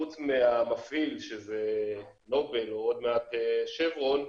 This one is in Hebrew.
חוץ מהמפעיל שזה נובל או עוד מעט שברון,